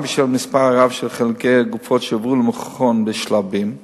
גם בשל המספר הרב של חלקי הגופות שהועברו למכון בשלבים,